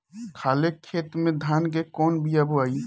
खाले खेत में धान के कौन बीया बोआई?